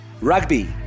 Rugby